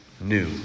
new